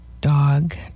dog